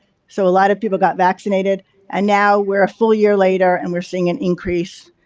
so, a lot of people got vaccinated and now we're a full year later and we're seeing an increase,